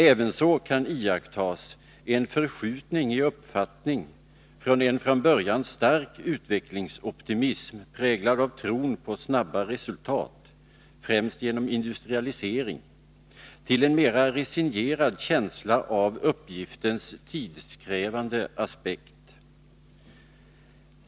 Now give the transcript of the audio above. Ävenså kan iakttas en förskjutning i uppfattning från en från början stark utvecklingsoptimism, präglad av tron på snabba resultat, främst genom industrialisering, till en mera resignerad känsla av uppgiftens tidskrävande natur.